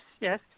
yes